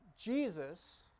Jesus